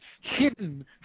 hidden